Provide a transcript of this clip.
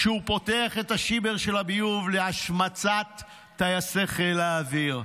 כשהוא פותח את השיבר של הביוב להשמצת טייסי חיל האוויר?